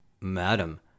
Madam